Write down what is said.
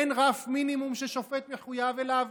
אין רף מינימום ששופט מחויב אליו,